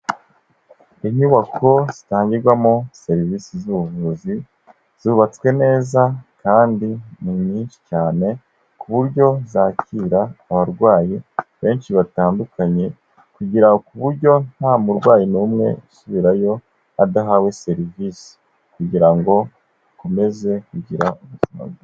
Inyubako zitangirwamo serivisi z'ubuvuzi zubatswe neza kandi ni nyinshi cyane ku buryo zakira abarwayi benshi batandukanye kugira ku buryo nta murwayi n'umwe usubirayo adahawe serivisi kugira ngo akomeze kugira ubuzima bwiza.